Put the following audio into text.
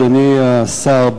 אדוני השר,